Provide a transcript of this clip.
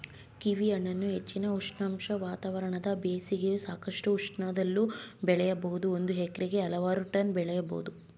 ಕೀವಿಹಣ್ಣನ್ನು ಹೆಚ್ಚಿನ ಉಷ್ಣಾಂಶ ವಾತಾವರಣದ ಬೇಸಿಗೆಯ ಸಾಕಷ್ಟು ಉಷ್ಣದಲ್ಲೂ ಬೆಳಿಬೋದು ಒಂದು ಹೆಕ್ಟೇರ್ಗೆ ಹಲವಾರು ಟನ್ ಬೆಳಿಬೋದು